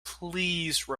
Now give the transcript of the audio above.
please